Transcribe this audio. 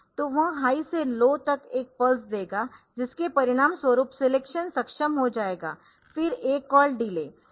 तोवह high से low तक एक पल्स देगा जिसके परिणामस्वरूप सिलेक्शन सक्षम हो जाएगा फिर A कॉल डिले